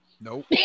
Nope